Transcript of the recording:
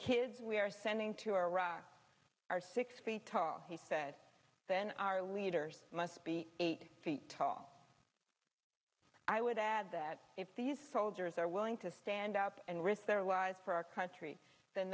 kids we are sending to iraq are six feet tall he said then our leaders must be eight feet tall i would add that if these folgers are willing to stand up and risk their lives for our country then